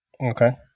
Okay